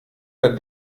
der